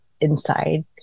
inside